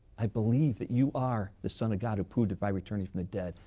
i believe that you are the son of god who proved it by returning from the dead.